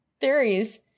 Theories